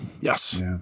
yes